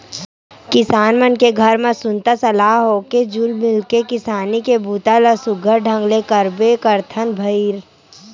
किसान मन के घर म सुनता सलाह होके जुल मिल के किसानी के बूता ल सुग्घर ढंग ले करबे करथन भईर